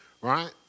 right